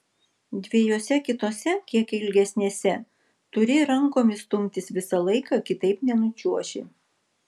dviejose kitose kiek ilgesnėse turi rankomis stumtis visą laiką kitaip nenučiuoši